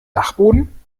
dachboden